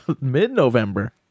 Mid-November